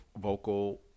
vocal